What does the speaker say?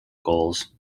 goals